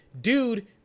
dude